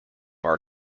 our